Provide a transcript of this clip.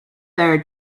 there